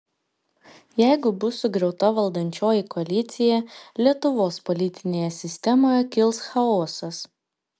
jeigu bus sugriauta valdančioji koalicija lietuvos politinėje sistemoje kils chaosas